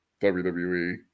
WWE